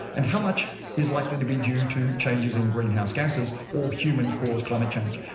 and how much is likely to be due to changes in greenhouse gases or human-caused climate change.